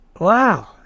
Wow